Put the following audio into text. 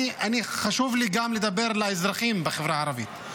חשוב לי גם לדבר אל האזרחים בחברה הערבית.